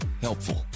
helpful